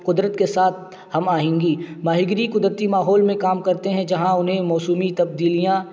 قدرت کے ساتھ ہم آہنگی ماہی گیری قدرتی ماحول میں کام کرتے ہیں جہاں انہیں موسمی تبدیلیاں